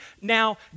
now